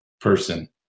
person